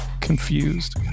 confused